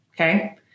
okay